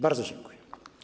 Bardzo dziękuję.